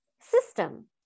system